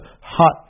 hot